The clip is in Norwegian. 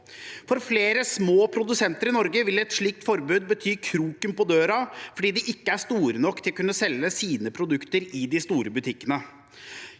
For flere små produsenter i Norge vil et slikt forbud bety kroken på døren fordi de ikke er store nok til å kunne selge sine produkter i de store butikkene.